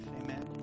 Amen